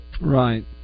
right